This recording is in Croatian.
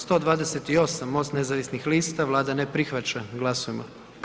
128, MOST nezavisnih lista, Vlada ne prihvaća, glasujmo.